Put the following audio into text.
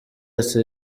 ati